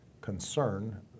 concern